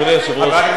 אדוני היושב-ראש,